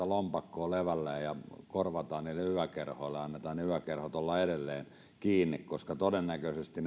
lompakkoa levälleen ja korvataan niille yökerhoille ja annetaan niiden yökerhojen olla edelleen kiinni koska todennäköisesti